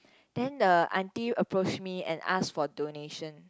then the auntie approach me and ask for donation